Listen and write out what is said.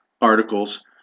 articles